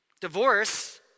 Divorce